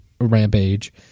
Rampage